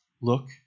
Look